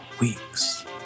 weeks